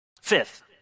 Fifth